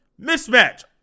Mismatch